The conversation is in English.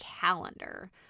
calendar